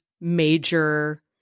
major